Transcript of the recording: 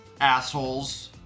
assholes